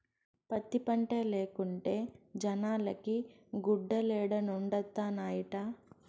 పత్తి పంటే లేకుంటే జనాలకి గుడ్డలేడనొండత్తనాయిట